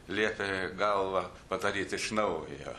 liepė galvą padaryt iš naujo